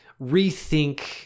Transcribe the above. rethink